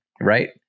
Right